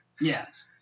Yes